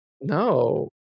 No